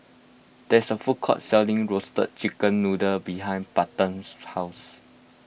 there is a food court selling Roasted Chicken Noodle behind Payten's house